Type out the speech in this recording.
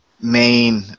main